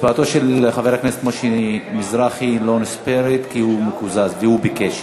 הצבעתו של חבר הכנסת משה מזרחי לא נספרת כי הוא מקוזז והוא ביקש.